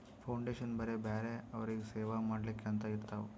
foundation ಬರೇ ಬ್ಯಾರೆ ಅವ್ರಿಗ್ ಸೇವಾ ಮಾಡ್ಲಾಕೆ ಅಂತೆ ಇರ್ತಾವ್